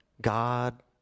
God